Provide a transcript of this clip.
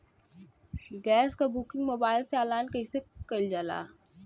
Gas क booking mobile से online कईसे कईल जाला?